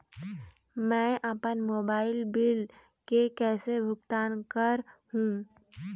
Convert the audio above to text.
मैं अपन mobile bill के कैसे भुगतान कर हूं?